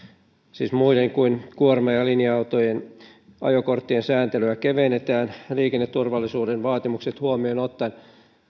siis muiden kuin kuorma ja ja linja autojen ajokorttien sääntelyä kevennetään liikenneturvallisuuden vaatimukset huomioon ottaen